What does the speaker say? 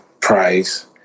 price